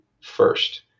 first